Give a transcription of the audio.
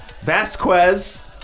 Vasquez